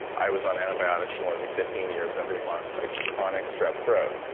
i was on antibiotics for more than fifteen years every month, ah chronic strep throat.